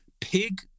Pig